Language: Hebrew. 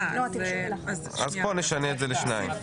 אז פה נשנה את זה לשניים.